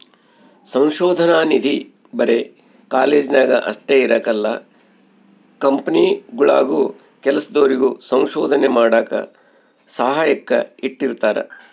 ಸಂಶೋಧನಾ ನಿಧಿ ಬರೆ ಕಾಲೇಜ್ನಾಗ ಅಷ್ಟೇ ಇರಕಲ್ಲ ಕಂಪನಿಗುಳಾಗೂ ಕೆಲ್ಸದೋರಿಗೆ ಸಂಶೋಧನೆ ಮಾಡಾಕ ಸಹಾಯಕ್ಕ ಇಟ್ಟಿರ್ತಾರ